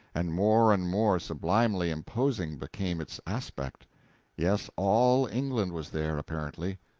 and more and more sublimely imposing became its aspect yes, all england was there, apparently.